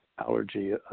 Allergy